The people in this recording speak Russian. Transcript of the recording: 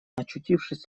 очутившись